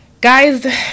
guys